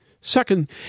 Second